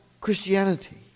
Christianity